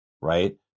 right